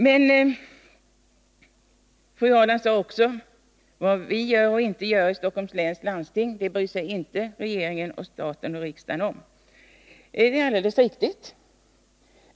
Fru Ahrland sade också att vad vi gör eller inte gör i Stockholms läns landsting bryr sig regeringen och riksdagen inte om. Det är alldeles riktigt.